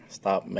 stop